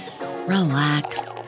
relax